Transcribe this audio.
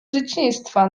dzieciństwa